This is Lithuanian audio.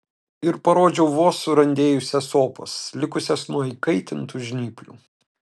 ir parodžiau vos surandėjusias opas likusias nuo įkaitintų žnyplių